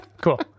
cool